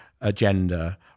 agenda